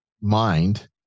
mind